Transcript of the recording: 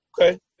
Okay